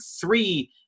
three